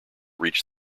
reach